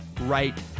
right